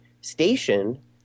station